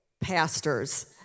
pastors